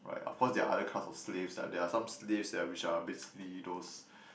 right of course there are other class of slaves there are some slaves that are which are basically those